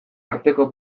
arteko